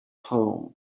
home